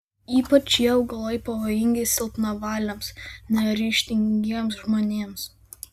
ypač šie augalai pavojingi silpnavaliams neryžtingiems žmonėms